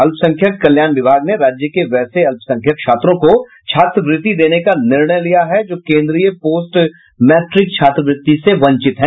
अल्पसंख्यक कल्याण विभाग ने राज्य के वैसे अल्पसंख्यक छात्रों को छत्रवृत्ति देने का निर्णय लिया है जो केन्द्रीय पोस्ट मैट्रिक छात्रवृत्ति से वंचित हैं